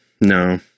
No